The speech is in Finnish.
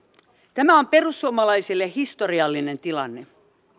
tämä on perussuomalaisille historiallinen tilanne